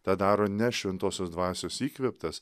tą daro ne šventosios dvasios įkvėptas